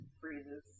freezes